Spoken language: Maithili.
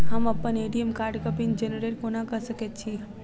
हम अप्पन ए.टी.एम कार्डक पिन जेनरेट कोना कऽ सकैत छी?